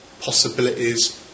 possibilities